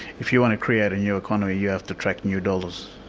if you want to create a new economy, you have to attract new dollars,